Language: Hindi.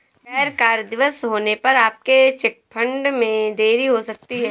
गैर कार्य दिवस होने पर आपके चेक फंड में देरी हो सकती है